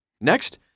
Next